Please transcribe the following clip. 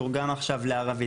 תורגם עכשיו לערבית.